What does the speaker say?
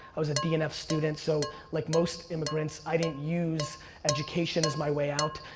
i was a d and f student, so like most immigrants, i didn't use education as my way out,